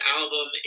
album